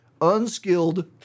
unskilled